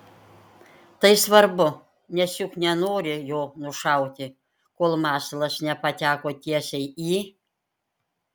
tai svarbu nes juk nenori jo nušauti kol masalas nepateko tiesiai į